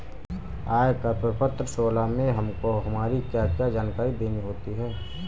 आयकर प्रपत्र सोलह में हमको हमारी क्या क्या जानकारी देनी होती है?